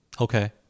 Okay